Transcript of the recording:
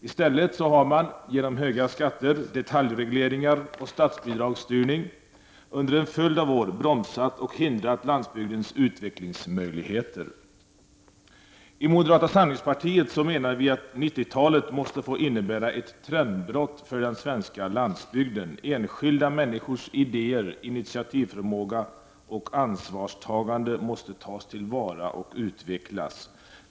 I stället har man genom höga skatter, detaljregleringar och statsbidragsstyrning under en följd av år bromsat och hindrat I moderata samlingspartiet menar vi att 1990-talet måste få innebära ett trendbrott för den svenska landsbygden. Enskilda människors idéer, initiativförmåga och ansvarstagande måste tas till vara och utvecklas.